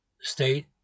state